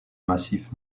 massif